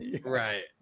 right